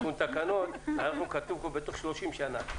בשביל תקנות כתוב כאן בתוך 30 שנה.